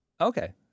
Okay